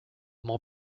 more